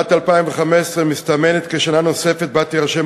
שנת 2015 מסתמנת כשנה נוספת שבה תירשם